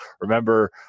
remember